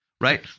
Right